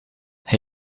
hij